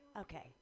okay